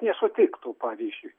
nesutiktų pavyzdžiui